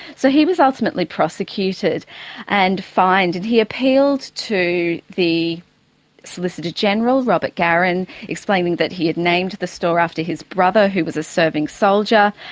so he was ultimately prosecuted and fined. and he appealed to the solicitor general robert garran, explaining that he had named the store after his brother who was a serving soldier,